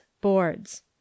Boards